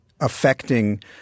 affecting